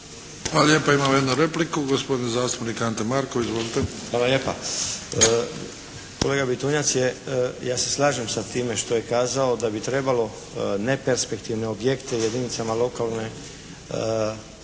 Hvala lijepa. Imamo jednu repliku, gospodin zastupnik Ante Markov. Izvolite. **Markov, Ante (HSS)** Hvala lijepa. Kolega Bitunjac je, ja se slažem sa time što je kazao da bi trebalo neperspektivne objekte jedinicama lokalne